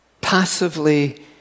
passively